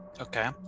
Okay